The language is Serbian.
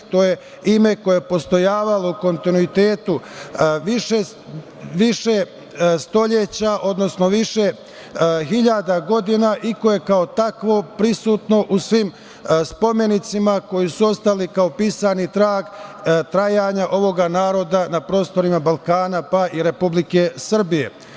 To je ima koje je postojalo u kontinuitetu više stoleća, odnosno više hiljada godina i koje je kao takvo prisutno u svim spomenicima koji su ostali kao pisani trag trajanja ovog naroda na prostorima Balkana, pa i Republike Srbije.